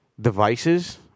Devices